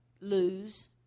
lose